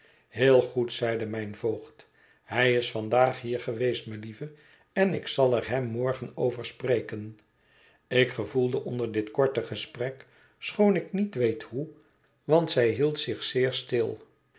heel goed zeide mijn voogd hij is vandaag hier geweest melieve en ik zal er hem morgen over spreken ik gevoelde onder dit korte gesprek schoon ik niet weet hoe want zij hield zich zeer stil